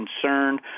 concerned